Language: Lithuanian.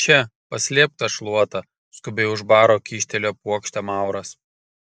še paslėpk tą šluotą skubiai už baro kyštelėjo puokštę mauras